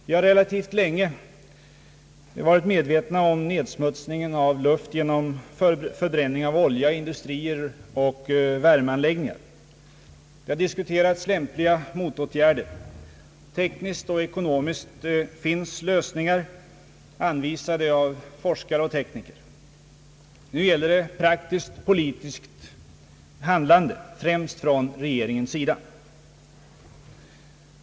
Vi har relativt länge varit medvetna om nedsmutsningen av luft genom förbränning av olja i industrier och värmeanläggningar. Lämpliga motåtgärder har diskuterats. Tekniskt och ekonomiskt finns lösningar anvisade av forskare och tekniker. Nu gäller det praktiskt politiskt nandlande främst från regeringens sida.